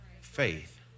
faith